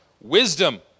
wisdom